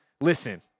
Listen